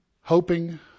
hoping